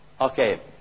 Okay